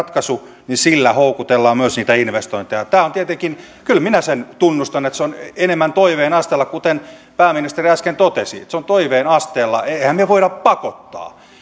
tämä ratkaisu niin sillä houkutellaan myös niitä investointeja kyllä minä sen tunnustan että se on enemmän toiveen asteella kuten pääministeri äsken totesi se on toiveen asteella emmehän me voi pakottaa